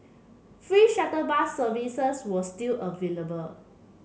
free shuttle bus services were still available